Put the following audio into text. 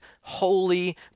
holy